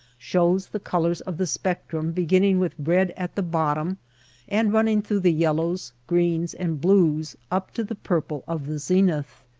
shows the colors of the spectrum beginning with red at the bottom and running through the yellows, greens, and blues up to the purple of the zenith.